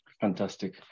Fantastic